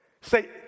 say